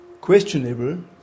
questionable